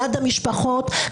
ליד המשפחות.